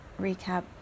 recap